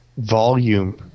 volume